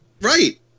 Right